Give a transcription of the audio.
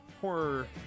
horror